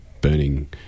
burning